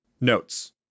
Notes